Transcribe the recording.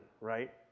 right